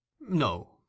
No